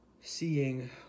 seeing